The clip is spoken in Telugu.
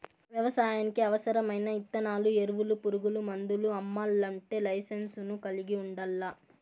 వ్యవసాయానికి అవసరమైన ఇత్తనాలు, ఎరువులు, పురుగు మందులు అమ్మల్లంటే లైసెన్సును కలిగి ఉండల్లా